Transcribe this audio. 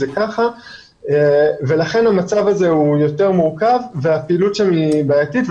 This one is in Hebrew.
לכן המצב הזה הוא יותר מורכב והפעילות היא בעייתית.